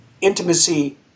intimacy